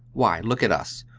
why, look at us.